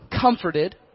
comforted